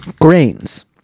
Grains